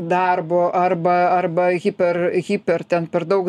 darbo arba arba hiper hiper ten per daug